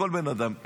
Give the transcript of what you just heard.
כל בן אדם,